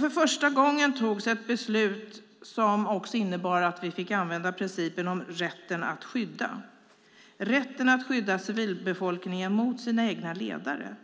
För första gången togs ett beslut som innebar att vi fick använda principen om rätten att skydda. Det handlar om rätten att skydda civilbefolkningen mot sina egna ledare,